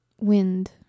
wind